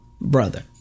brother